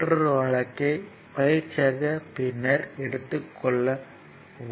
மற்றொரு வழக்கை பயிற்சியாக பின்னர் எடுத்துக் கொள்ளவும்